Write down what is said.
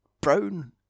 brown